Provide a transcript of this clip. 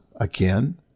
again